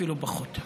אפילו פחות.